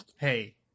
hey